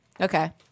okay